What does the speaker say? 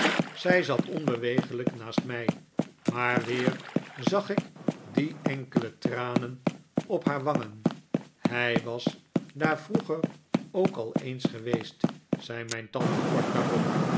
zij zat onbeweeglijk naast mij maar weer zag ik die enkele tranen op haar wangen hij was daar vroeger ook al eens geweest zei mijn tante kort daarop